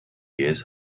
years